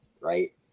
right